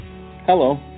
Hello